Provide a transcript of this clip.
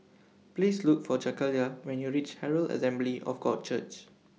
Please Look For Jakayla when YOU REACH Herald Assembly of God Church